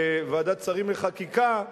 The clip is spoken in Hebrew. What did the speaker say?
בוועדת שרים לחקיקה,